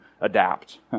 adapt